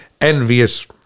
envious